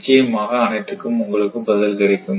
நிச்சயமாக அனைத்துக்கும் உங்களுக்கு பதில் கிடைக்கும்